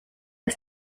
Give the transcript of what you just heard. ist